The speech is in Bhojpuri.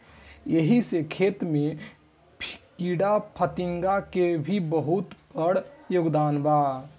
एही से खेती में कीड़ाफतिंगा के भी बहुत बड़ योगदान बा